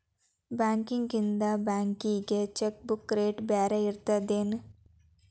ಬಾಂಕ್ಯಿಂದ ಬ್ಯಾಂಕಿಗಿ cheque book rate ಬ್ಯಾರೆ ಇರ್ತದೇನ್